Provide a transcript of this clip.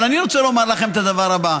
אבל אני רוצה לומר לכם את הדבר הבא: